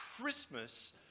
Christmas